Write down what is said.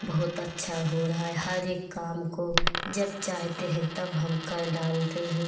बहुत अच्छा हो रहा है हर एक काम को जब चाहेते हैं तब हम कर डालते हैं